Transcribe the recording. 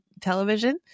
television